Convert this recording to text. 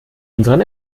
unseren